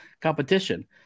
competition